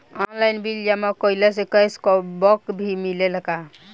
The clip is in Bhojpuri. आनलाइन बिल जमा कईला से कैश बक भी मिलेला की?